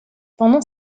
pendant